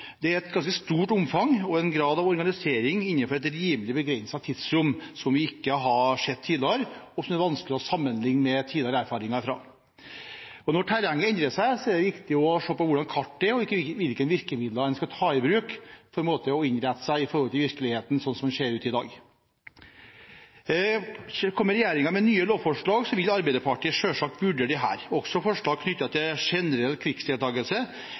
Det er et ganske stort omfang og en grad av organisering innenfor et rimelig begrenset tidsrom som vi ikke har sett tidligere, og som vanskelig kan sammenlignes med tidligere erfaringer. Når terrenget endrer seg, er det viktig å se på hvordan kartet er, og hvilke virkemidler en skal ta i bruk for å innrette seg i forhold til virkeligheten, slik den ser ut i dag. Kommer regjeringen med nye lovforslag, vil Arbeiderpartiet selvsagt vurdere disse – også forslag knyttet til generell